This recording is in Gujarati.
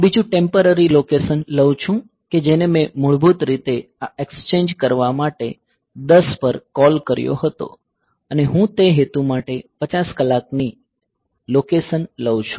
હું બીજું ટેમ્પરરી લોકેશન લઉં છું કે જેને મેં મૂળભૂત રીતે આ એક્ષચેંજ કરવા માટે ૧૦ પર કોલ કર્યો હતો અને હું તે હેતુ માટે ૫૦ કલાકની લોકેશન લઉં છું